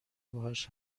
باهاش